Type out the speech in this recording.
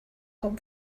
home